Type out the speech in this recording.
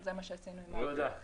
זה מה שעשינו עם מערכת החינוך.